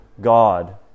God